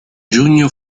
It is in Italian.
giugno